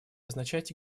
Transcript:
означать